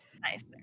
nice